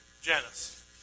Janice